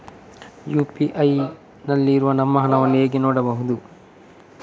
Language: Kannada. ಯು.ಪಿ.ಐ ನಲ್ಲಿ ಇರುವ ನಮ್ಮ ಹಣವನ್ನು ಹೇಗೆ ನೋಡುವುದು?